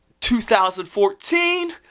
2014